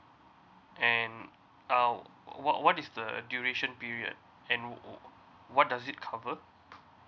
and uh what what is the duration period and what does it cover